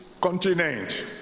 continent